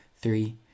Three